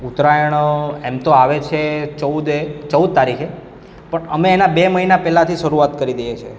ઉત્તરાયણ એમ તો આવે છે ચૌદે ચૌદ તારીખે પણ અમે એના બે મહિના પહેલાથી શરૂઆત કરી દઈએ છીએ